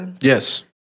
Yes